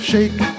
Shake